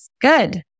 good